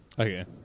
Okay